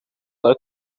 uit